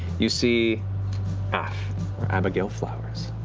you see af, or abigail flowers.